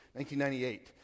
1998